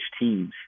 teams